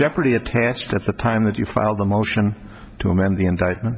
jeopardy attached at the time that you filed a motion to amend the indictment